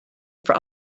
for